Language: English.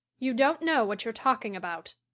you don't know what you're talking about.